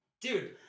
dude